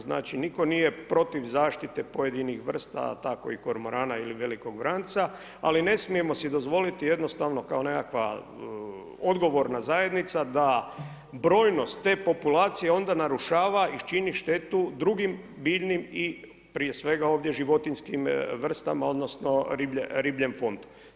Znači, nitko nije protiv zaštite pojedinih vrsta a tako i kormorana ili velikog vranca ali ne smijemo si dozvoliti jednostavno kao nekakva odgovorna zajednica da brojnost te populacije onda narušava i čini štetu drugim biljnim i prije svega ovdje životinjskim vrstama odnosno ribljem fondu.